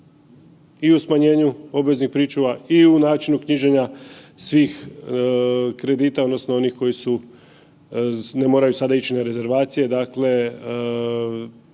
i u smanjenju obveznih pričuva i u načinu knjiženja svih kredita odnosno onih koji su, ne moraju sada ići na rezervacije,